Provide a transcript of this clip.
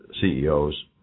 CEOs